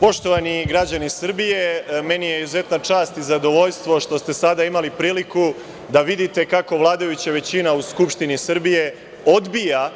Poštovani građani Srbije, meni je izuzetna čast i zadovoljstvo što ste sada imali priliku da vidite kako vladajuća većina u Skupštini Srbije odbija